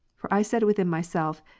for i said within myself,